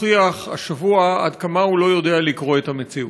הוכיח השבוע עד כמה הוא לא יודע לקרוא את המציאות.